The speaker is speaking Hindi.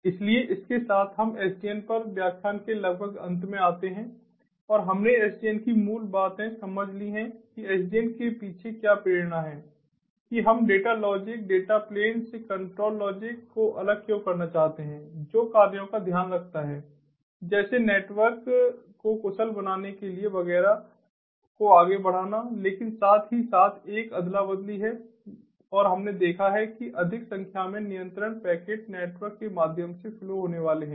इसलिए इसके साथ हम SDN पर व्याख्यान के लगभग अंत में आते हैं और हमने SDN की मूल बातें समझ ली हैं कि SDN के पीछे क्या प्रेरणा है कि हम डेटा लॉजिक डेटा प्लेन से कंट्रोल लॉजिक को अलग क्यों करना चाहते हैं जो कार्यों का ध्यान रखता है जैसे नेटवर्क को कुशल बनाने के लिए वगैरह को आगे बढ़ाना लेकिन साथ ही साथ एक अदला बदली है और हमने देखा है कि अधिक संख्या में नियंत्रण पैकेट नेटवर्क के माध्यम से फ्लो होने वाले हैं